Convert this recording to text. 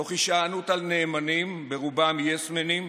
תוך הישענות על נאמנים, ברובם יס-מנים,